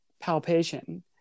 palpation